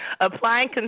Applying